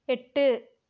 எட்டு